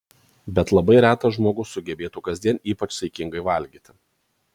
bet labai retas žmogus sugebėtų kasdien ypač saikingai valgyti